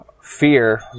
fear